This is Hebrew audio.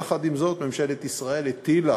יחד עם זאת, ממשלת ישראל הטילה